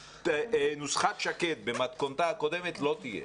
נוסחת שקד במתכונתה הקודמת לא תהיה,